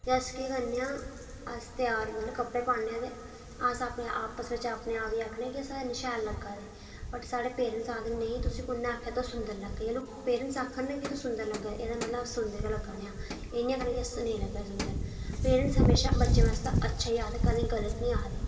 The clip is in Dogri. ते अस केह् करने आं त्यार कि मतलब अस कपड़े पान्ने आं अस अपने आप बिच आखने कि अस ऐ निं शैल लग्गै दे बट साढ़े पेरेंटस आखदे कि तुसें गी कु'न्नै आखेआ तुस ते बड़े शैल लग्गै दे पेरेंटस आक्खन ना तुस सुंदर लग्गै दे ते तुस सुंदर गै लग्गै दे ओह् एह् निं सोचना अच्छे निं लग्गै दे पेरेंटस म्हेशा बच्चें लेईं अच्छा गै आखदे कदें गलत निं आखदे